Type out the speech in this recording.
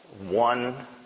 one